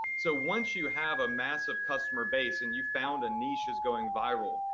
so once you have a massive customer base and you've found a niche is going viral,